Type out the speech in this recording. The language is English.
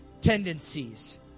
tendencies